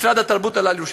משרד התרבות עלה לירושלים.